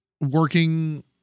working